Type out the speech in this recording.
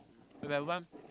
If I want